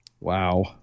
Wow